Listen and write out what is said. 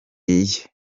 iye